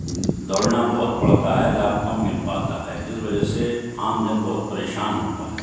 دوڑنا بہت پڑتا ہے لابھ کم مل پاتا ہے جس وجہ سے عام جن بہت پریشان ہوتا ہے